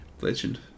legend